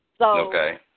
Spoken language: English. Okay